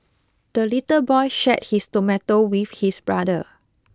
the little boy shared his tomato with his brother